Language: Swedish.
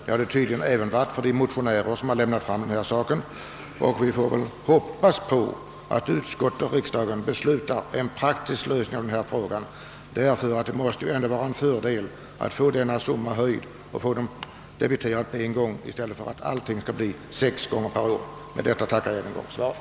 Det har det tydligen även varit för motionärerna. Vi får hoppas att utskottet och kamrarna beslutar en praktisk lösning av frågan, ty det måste ändå vara en fördel att få denna summa höjd och debiterad vid ett tillfälle i stället för sex gånger per år. Med detta tackar jag än en gång för svaret.